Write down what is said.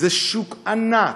זה שוק ענק,